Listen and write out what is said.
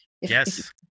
Yes